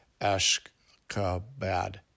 Ashkabad